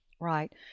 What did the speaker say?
Right